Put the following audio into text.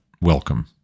welcome